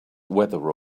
weather